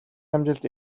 амжилт